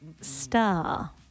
star